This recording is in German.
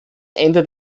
ende